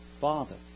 father